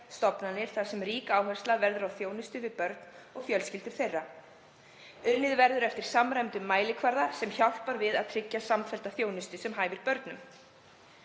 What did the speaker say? stofnanir þar sem rík áhersla verður á þjónustu við börn og fjölskyldur þeirra. Unnið verður eftir samræmdum mælikvarða sem hjálpar við að tryggja samfellda þjónustu sem hæfir börnum.“